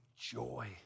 joy